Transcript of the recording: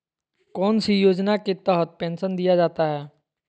कौन सी योजना के तहत पेंसन दिया जाता है?